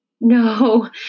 No